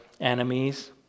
enemies